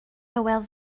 hywel